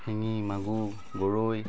শিঙী মাগুৰ গৰৈ